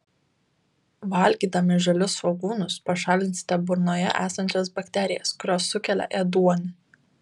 valgydami žalius svogūnus pašalinsite burnoje esančias bakterijas kurios sukelia ėduonį